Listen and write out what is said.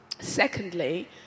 Secondly